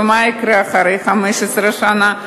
ומה יקרה אחרי 15 שנה?